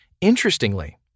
Interestingly